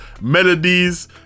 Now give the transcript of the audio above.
melodies